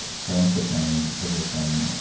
karolinska trained physician,